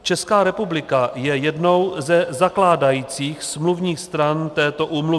Česká republika je jednou ze zakládajících smluvních stran této úmluvy.